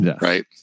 Right